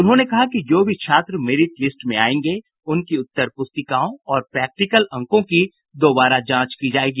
उन्होंने कहा कि जो भी छात्र मेरिट लिस्ट में आयेंगे उनकी उत्तर प्रस्तिकाओं और प्रैक्टिकल अंकों की दुबारा जांच की जायेगी